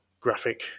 graphic